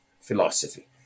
philosophy